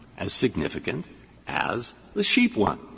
as significant as the sheep one.